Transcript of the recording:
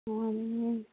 ꯅꯨꯡꯉꯥꯏꯔꯤꯌꯦ